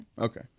okay